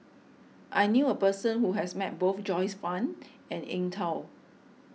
I knew a person who has met both Joyce Fan and Eng Tow